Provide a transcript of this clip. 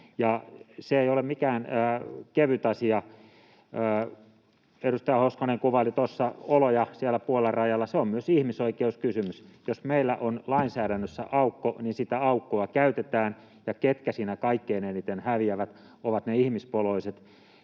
se ei ole mikään kevyt asia. Edustaja Hoskonen kuvaili tuossa oloja siellä Puolan rajalla — se on myös ihmisoikeuskysymys. Jos meillä on lainsäädännössä aukko, niin sitä aukkoa käytetään. Ne, ketkä siinä kaikkein eniten häviävät, ovat ne ihmispoloiset,